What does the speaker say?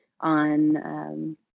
on